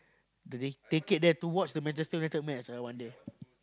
ticket there to watch the Manchester-United match ah one day